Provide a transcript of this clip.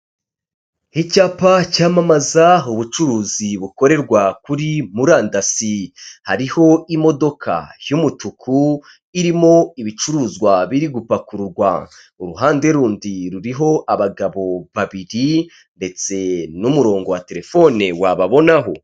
Icyapa cyamamaza ubucuruzi bukorerwa kuri murandasi, hariho imodoka y'umutuku irimo ibicuruzwa biri gupakururwa, uruhande rundi ruriho abagabo babiri ndetse n'umurongo wa telefone wababonaho.